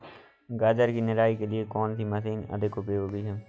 गाजर की निराई के लिए कौन सी मशीन अधिक उपयोगी है?